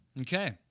Okay